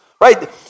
right